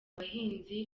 abahinzi